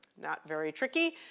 not very tricky.